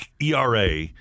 ERA